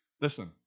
Listen